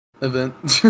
event